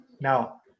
Now